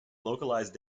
localized